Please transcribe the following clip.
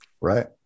Right